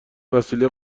وسیله